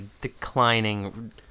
declining